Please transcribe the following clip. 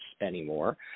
anymore